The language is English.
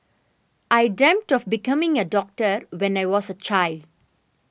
I dreamt of becoming a doctor when I was a child